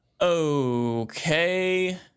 Okay